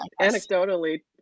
Anecdotally